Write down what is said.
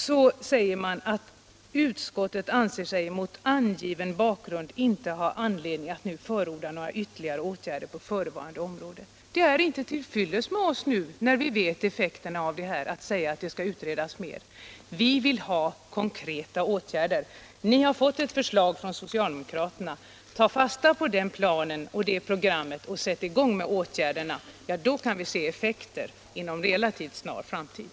Där står också ordagrant: ”Utskottet anser sig mot angiven bakgrund inte ha anledning att nu förorda några ytterligare åtgärder på förevarande område.” När vi känner till effekterna är det inte till fyllest att säga att det skall utredas mer. Vi vill ha konkreta åtgärder. Ni har fått ett förslag från socialdemokraterna. Ta fasta på den planen och det programmet och sätt i gång med åtgärderna! Då kan vi se effekter inom en relativt snar framtid.